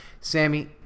Sammy